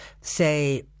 say